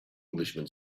englishman